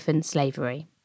slavery